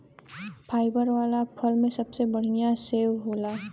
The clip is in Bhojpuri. फाइबर वाला फल में सबसे बढ़िया सेव होला